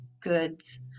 goods